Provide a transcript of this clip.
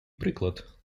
приклад